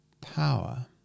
power